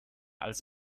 als